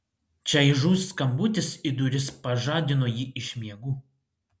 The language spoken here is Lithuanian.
čaižus skambutis į duris pažadino jį iš miegų